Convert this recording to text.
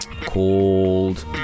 called